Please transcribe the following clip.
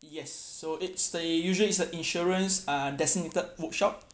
yes so it's the usually it's the insurance uh designated workshop